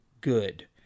good